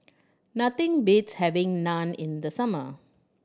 nothing beats having Naan in the summer